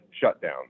shutdown